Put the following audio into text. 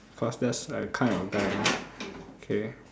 kind of guy lah okay